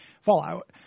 Fallout